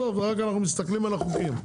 כרגע אנחנו רק מסתכלים על החוקים.